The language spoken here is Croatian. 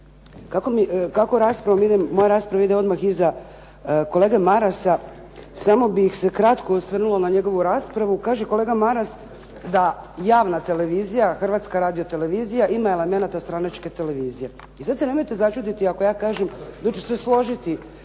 Kako moja rasprava ide odmah iza kolege Marasa samo bih se kratko osvrnula na njegovu raspravu. Kaže kolega Maras da javna televizija, Hrvatska radio-televizija ima elemenata stranačke televizije. I sad se nemojte začuditi ako ja kažem da ću se složiti